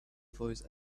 voice